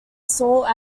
sought